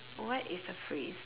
what is a phrase